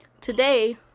Today